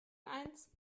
eins